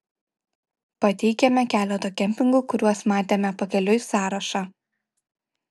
pateikiame keleto kempingų kuriuos matėme pakeliui sąrašą